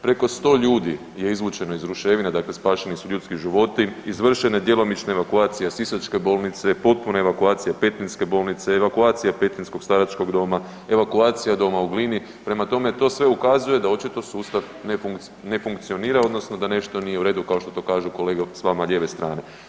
Preko 100 ljudi je izvučeno iz ruševina, dakle spašeni su ljudski životi, izvršena je djelomična evakuacija sisačke bolnice, potpuna evakuacija petrinjske bolnice, evakuacija petrinjskog staračkog doma, evakuacija doma u Glini prema tome to sve ukazuje da očito sustav ne funkcionira odnosno da nešto nije u redu kao što to kažu kolega s vama lijeve strane.